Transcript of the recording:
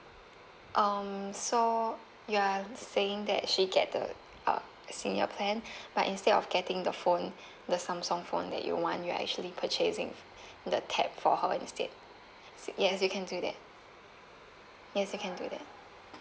um so you are saying that she get the uh senior plan but instead of getting the phone the samsung phone that you want you are actually purchasing the tab for her instead yes you can do that yes you can do that